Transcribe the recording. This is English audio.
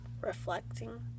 Reflecting